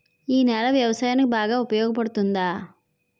ఈ నేల వ్యవసాయానికి బాగా ఉపయోగపడుతుందా?